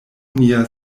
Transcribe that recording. nia